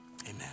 Amen